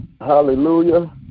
hallelujah